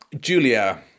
Julia